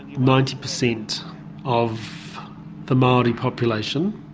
ninety percent of the maori population